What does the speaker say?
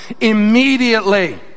Immediately